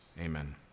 amen